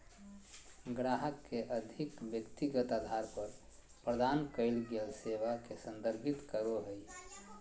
ग्राहक के अधिक व्यक्तिगत अधार पर प्रदान कइल गेल सेवा के संदर्भित करो हइ